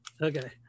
okay